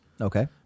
Okay